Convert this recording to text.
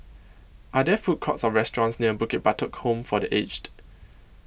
Are There Food Courts Or restaurants near Bukit Batok Home For The Aged